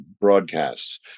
broadcasts